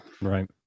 Right